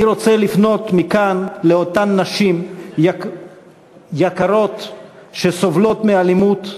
אני רוצה לפנות מכאן לאותן נשים יקרות שסובלות מאלימות,